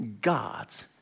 God's